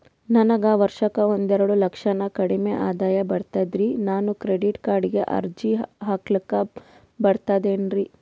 ನನಗ ವರ್ಷಕ್ಕ ಒಂದೆರಡು ಲಕ್ಷಕ್ಕನ ಕಡಿಮಿ ಆದಾಯ ಬರ್ತದ್ರಿ ನಾನು ಕ್ರೆಡಿಟ್ ಕಾರ್ಡೀಗ ಅರ್ಜಿ ಹಾಕ್ಲಕ ಬರ್ತದೇನ್ರಿ?